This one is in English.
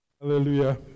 Hallelujah